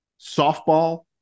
softball